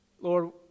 Lord